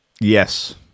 Yes